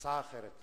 כן, כן, הצעה אחרת.